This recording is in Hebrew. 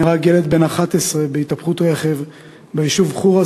נהרג ילד בן 11 בהתהפכות רכב ביישוב חורה,